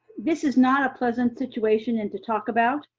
this is not a pleasant situation and to talk about,